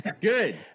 Good